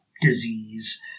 disease